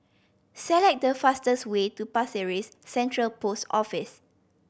select the fastest way to Pasir Ris Central Post Office